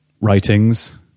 writings